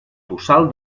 tossal